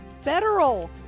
federal